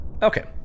Okay